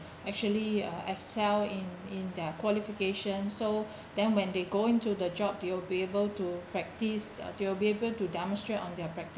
actually uh excel in in their qualification so then when they go into the job they will be able to practice they will be able to demonstrate on their